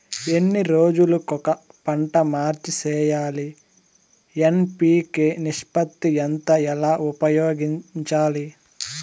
ఎన్ని రోజులు కొక పంట మార్చి సేయాలి ఎన్.పి.కె నిష్పత్తి ఎంత ఎలా ఉపయోగించాలి?